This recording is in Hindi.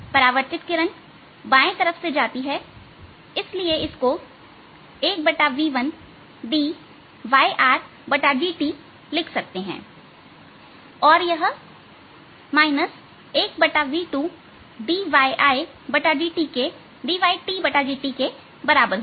परावर्तित किरण बाएं तरफ से जाती है इसलिए इस को 1v1dyRdt लिख सकते हैं और यह 1v2dyTdt के बराबर होगा